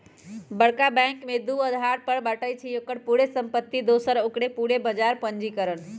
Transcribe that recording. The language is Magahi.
बरका बैंक के दू अधार पर बाटइ छइ, ओकर पूरे संपत्ति दोसर ओकर पूरे बजार पूंजीकरण